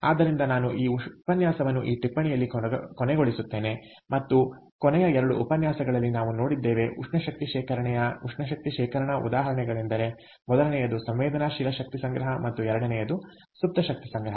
ಆದ್ದರಿಂದ ನಾನು ಈ ಉಪನ್ಯಾಸವನ್ನು ಈ ಟಿಪ್ಪಣಿಯಲ್ಲಿ ಕೊನೆಗೊಳಿಸುತ್ತೇನೆ ಮತ್ತು ಕೊನೆಯ 2 ಉಪನ್ಯಾಸಗಳಲ್ಲಿ ನಾವು ನೋಡಿದ್ದೇವೆ ಉಷ್ಣ ಶಕ್ತಿ ಶೇಖರಣೆಯ ಉಷ್ಣ ಶಕ್ತಿ ಶೇಖರಣಾ ಉದಾಹರಣೆಗಳೆಂದರೆ ಮೊದಲನೆಯದು ಸಂವೇದನಾಶೀಲ ಶಕ್ತಿ ಸಂಗ್ರಹ ಮತ್ತು ಎರಡನೆಯದು ಸುಪ್ತ ಶಕ್ತಿ ಸಂಗ್ರಹ